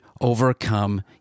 overcome